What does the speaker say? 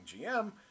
GM